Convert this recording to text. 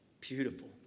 beautiful